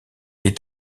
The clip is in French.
est